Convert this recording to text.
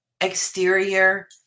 exterior